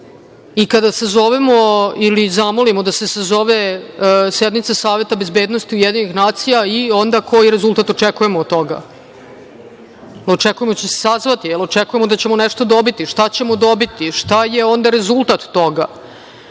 sled. Kada sazovemo ili zamolimo da se sazove sednica Saveta bezbednosti UN koji onda rezultat očekujemo od toga? Očekujemo da će se sazvati? Očekujemo da ćemo nešto dobiti. Šta ćemo dobiti? Šta je onda rezultat